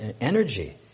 energy